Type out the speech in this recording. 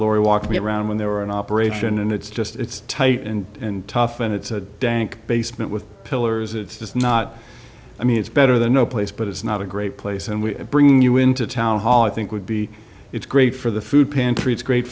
laurie walk me around when they were in operation and it's just it's tight and and tough and it's a dank basement with pillars it's just not i mean it's better than no place but it's not a great place and we're bringing you into town hall i think would be it's great for the food pantry it's great